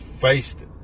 faced